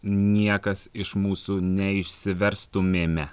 niekas iš mūsų neišsiverstumėme